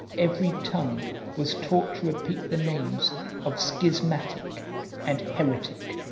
every tongue was taught to repeat the names of schismatic and heretic,